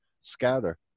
scatter